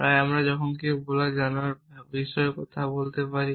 তাই এখন যখন কেউ কিছু জানার বিষয়ে কথা বলতে পারে